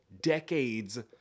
decades